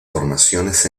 formaciones